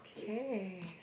K